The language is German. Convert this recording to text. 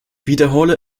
wiederhole